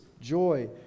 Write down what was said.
joy